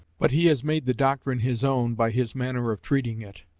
but he has made the doctrine his own by his manner of treating it.